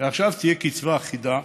ועכשיו תהיה קצבה אחידה,